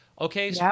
Okay